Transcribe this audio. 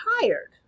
tired